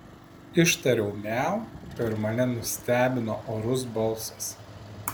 ištariau miau ir mane nustebino orus balsas